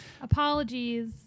apologies